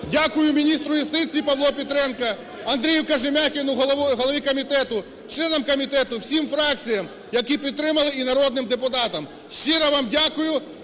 Дякую міністру юстиції Павлу Петренку, Андрію Кожем'якіну, голові комітету, членам комітету, всім фракціям, які підтримали, і народним депутатам. Щиро вам дякую.